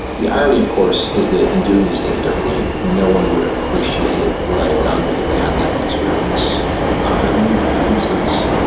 the irony of course is that in doing these things differently, no one would appreciate what i'd done because they hadn't had the experience of not having it, if that makes sense.